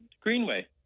greenway